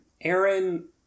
Aaron